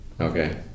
okay